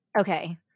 Okay